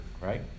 right